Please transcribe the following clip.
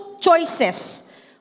choices